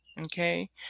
Okay